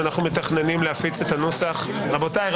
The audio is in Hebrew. אנחנו מתכננים להפיץ את הנוסח ------ רבותיי,